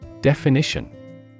Definition